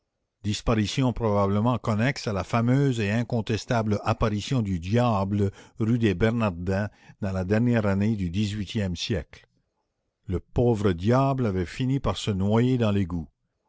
disparition probablement connexe à la fameuse et incontestable apparition du diable rue des bernardins dans la dernière année du dix-huitième siècle le pauvre diable avait fini par se noyer dans l'égout